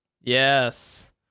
Yes